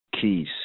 keys